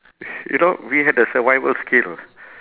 you know we had the survival skill